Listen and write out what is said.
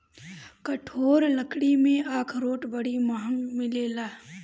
कठोर लकड़ी में अखरोट बड़ी महँग मिलेला